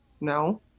No